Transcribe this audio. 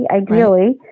ideally